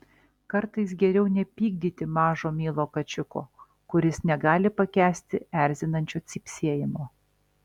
kartais geriau nepykdyti mažo mielo kačiuko kuris negali pakęsti erzinančio cypsėjimo